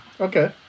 Okay